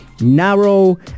narrow